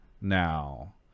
now